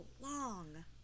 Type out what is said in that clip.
long